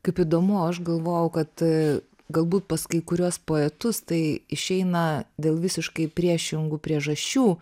kaip įdomu aš galvojau kad galbūt pas kai kuriuos poetus tai išeina dėl visiškai priešingų priežasčių